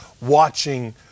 watching